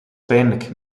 pijnlijk